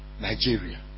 Nigeria